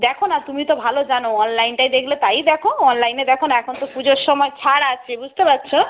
দেখো না তুমি তো ভালো জানো অনলাইনটায় দেখলে তাইই দেখো অনলাইনে দেখো না এখন তো পুজোর সময় ছাড় আছে বুঝতে পারছ